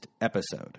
episode